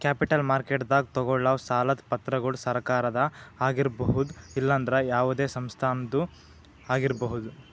capital ಮಾರ್ಕೆಟ್ದಾಗ್ ತಗೋಳವ್ ಸಾಲದ್ ಪತ್ರಗೊಳ್ ಸರಕಾರದ ಆಗಿರ್ಬಹುದ್ ಇಲ್ಲಂದ್ರ ಯಾವದೇ ಸಂಸ್ಥಾದ್ನು ಆಗಿರ್ಬಹುದ್